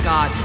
God